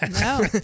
no